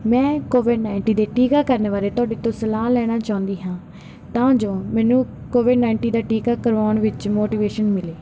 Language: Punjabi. ਮੈਂ ਕੋਵਿਡ ਨਾਈਨਟੀਨ ਦੇ ਟੀਕਾਕਰਨ ਬਾਰੇ ਤੁਹਾਡੇ ਤੋਂ ਸਲਾਹ ਲੈਣਾ ਚਾਹੁੰਦੀ ਹਾਂ ਤਾਂ ਜੋ ਮੈਨੂੰ ਕੋਵਿਡ ਨਾਈਨਟੀਨ ਦਾ ਟੀਕਾ ਕਰਵਾਉਣ ਵਿੱਚ ਮੋਟੀਵੇਸ਼ਨ ਮਿਲੇ